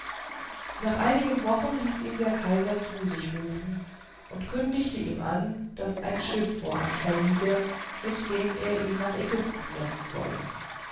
nach einigen wochen ließ ihn der kaiser zu sich rufen und kündigte ihm an daß ein schiff vor anker liege mit dem er ihn nach ägypten senden wolle